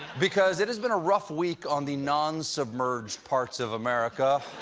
because it has been a rough week on the non submerged parts of america.